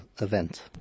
event